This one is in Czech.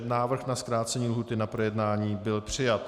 Návrh na zkrácení lhůty na projednání byl přijat.